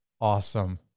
Awesome